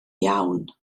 iawn